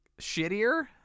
shittier